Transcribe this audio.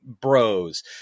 bros